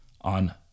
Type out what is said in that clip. on